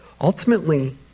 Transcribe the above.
Ultimately